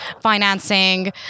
financing